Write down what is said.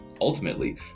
ultimately